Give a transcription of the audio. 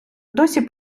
досі